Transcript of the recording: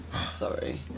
Sorry